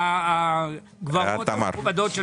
הבנתי, בסדר,